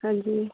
ਹਾਂਜੀ